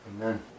Amen